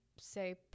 say